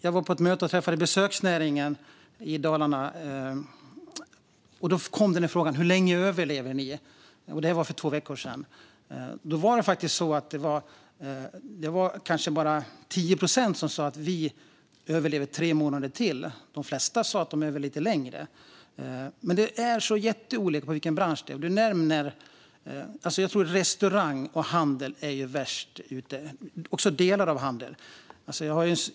Jag var på ett möte med besöksnäringen i Dalarna för två veckor sedan, och där kom frågan: Hur länge överlever ni? Det var kanske bara 10 procent som sa att de kunde överleva tre månader till, medan de flesta sa att kunde överleva lite längre. Men det är väldigt olika mellan branscherna. Restaurangbranschen och delar av handeln är värst ute.